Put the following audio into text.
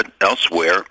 elsewhere